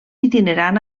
itinerant